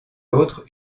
l’autre